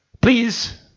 Please